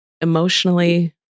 emotionally